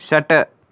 षट्